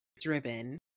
driven